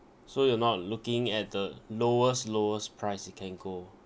so you're not looking at the lowest lowest price it can go